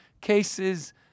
cases